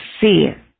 fear